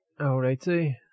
Alrighty